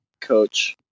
Coach